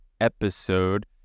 episode